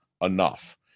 enough